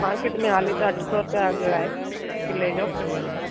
market में हाली त अठ सौ रुपया अघु आहे किले जो